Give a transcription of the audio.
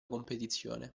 competizione